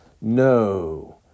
No